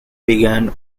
began